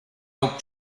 oak